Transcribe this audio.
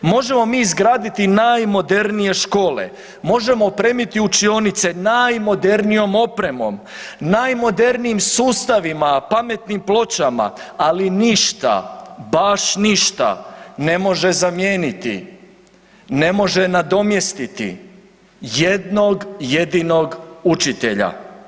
Možemo mi izgraditi i najmodernije škole, možemo opremiti učionice najmodernijom opremom, najmodernijim sustavima, pametnim pločama, ali ništa, baš ništa ne može zamijeniti, ne može nadomjestiti jednog jedinog učitelja.